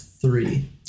three